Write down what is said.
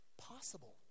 possible